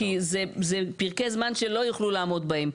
כי זה פרקי זמן שלא יוכלו לעמוד בהם,